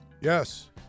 Yes